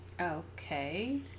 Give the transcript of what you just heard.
Okay